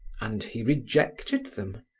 and he rejected them,